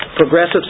Progressive